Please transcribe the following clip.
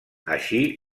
així